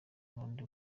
n’undi